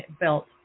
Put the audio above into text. built